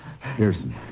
Pearson